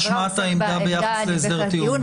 השמעת העמדה ביחס להסדר טיעון.